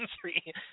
three